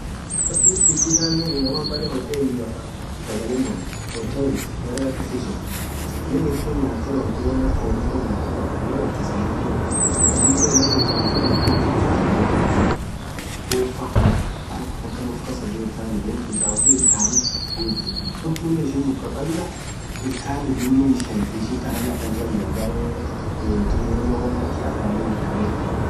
Wonn akha toothpick tanen inamaa. berre hotelia faa sagale nyathu (hotels) berre akhasisun sagale dhethe nyathe rawothe wonn akhan fonn nyathe rawothe Mal atatin kasbathethu wonn dhiko yaani chafuu ill Khan kasaa si ghurthu thaa akha sagalea fonn faa thaa akhana than uff kassa ghurthani wonn tun chafuu ill khani ghurthi wonn tunen ishiin mukhh khakhalaa ill Khan idhunen hii isheninen thanen akha cholea berre thumiano wonn akha afanni suun faa